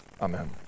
Amen